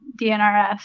DNRS